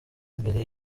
imbere